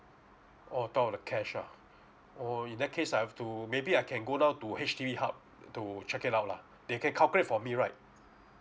oh top up with the cash ah oh in that case I have to maybe I can go down to H_D_B hub to check it out lah they can calculate for me right